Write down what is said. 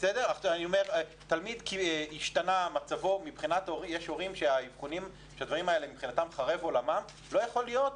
יש הורים שמבחינתם חרב עולמם ולא יכול להיות